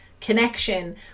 connection